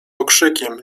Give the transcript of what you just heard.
okrzykiem